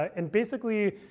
and basically,